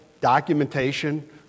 documentation